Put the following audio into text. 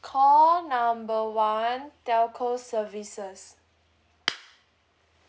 call number one telco services